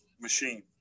machine